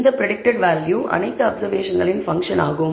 இந்த predicted value அனைத்து அப்சர்வேஷன்களின் பன்க்ஷன் ஆகும்